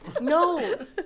No